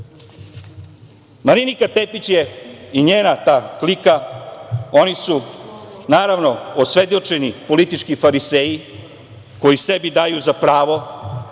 nešto. Marinika Tepić i njena klika su naravno osvedočeni politički fariseji koji sebi daju za pravo